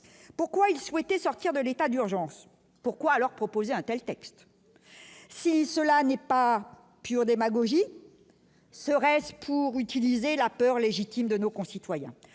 pourquoi il souhaitait sortir de l'état d'urgence, pourquoi alors proposer un untel texte si cela n'est pas pure démagogie, serait-ce pour utiliser la peur légitime de nos concitoyens,